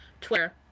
Twitter